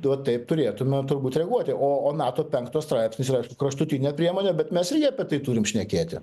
va taip turėtume turbūt reaguoti o o nato penkto straipsnis yra kraštutinė priemonė bet mes irgi apie tai turim šnekėti